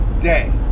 day